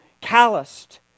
calloused